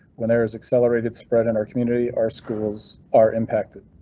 when there is accelerated spread in our community, our schools are impacted.